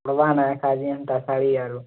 ଭଗବାନେ ଶାଢ଼ୀ ଏମ୍ତା ଶାଢ଼ୀ ଆଣୁ